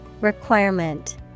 Requirement